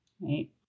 Right